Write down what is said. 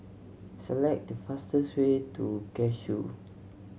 select the fastest way to Cashew